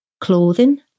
clothing